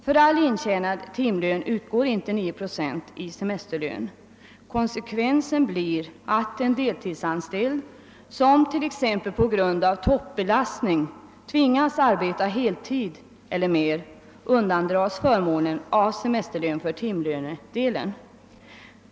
De 9 procenten i semesterlön utgår inte för all intjänad timlön. Konsekvensen blir att en deltidsanställd som t.ex. på grund av toppbelastning tvingas arbeta heltid eller mer undandras förmånen av semesterlön för timlönedelen.